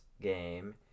game